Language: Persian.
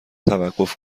توقف